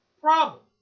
Problem